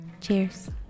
cheers